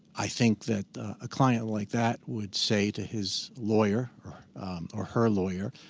i think that a client like that would say to his lawyer or or her lawyer,